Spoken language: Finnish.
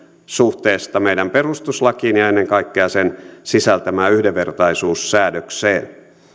suhteesta meidän perustuslakiimme ja ennen kaikkea sen sisältämään yhdenvertaisuussäädökseen